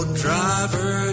driver